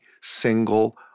single